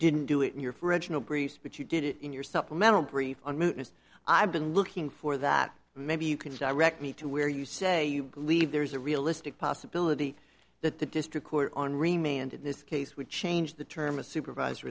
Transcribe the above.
didn't do it in your fridge no grease but you did it in your supplemental brief on manners i've been looking for that maybe you can direct me to where you say you believe there is a realistic possibility that the district court on remained in this case would change the term a supervis